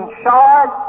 shard